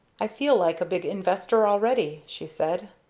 i feel like a big investor already, she said.